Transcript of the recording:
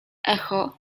echo